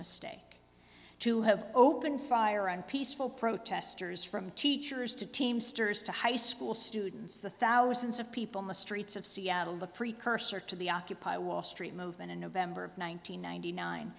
mistake to have opened fire on peaceful protesters from teachers to teamsters to high school students the thousands of people in the streets of seattle the precursor to the occupy wall street movement in november of one nine hundred ninety nine